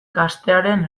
gaztearen